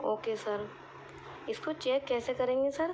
okay sir اس کو check کیسے کریں گے سر